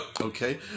Okay